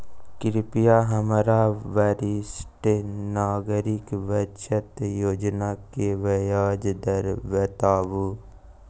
कृपया हमरा वरिष्ठ नागरिक बचत योजना के ब्याज दर बताबू